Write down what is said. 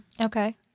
Okay